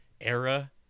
era